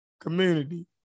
community